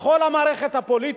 בכל המערכת הפוליטית.